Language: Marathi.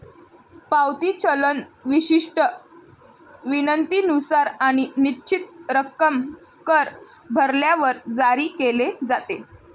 पावती चलन विशिष्ट विनंतीनुसार आणि निश्चित रक्कम कर भरल्यावर जारी केले जाते